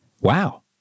Wow